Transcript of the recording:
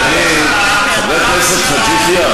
חבר הכנסת חאג' יחיא?